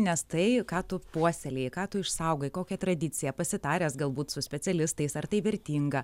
nes tai ką tu puoselėji ką tu išsaugai kokią tradiciją pasitaręs galbūt su specialistais ar tai vertinga